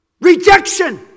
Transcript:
Rejection